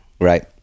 Right